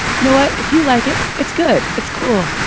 you know what? if you like it, it's good. it's cool.